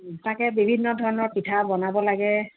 তাকে বিভিন্ন ধৰণৰ পিঠা বনাব লাগে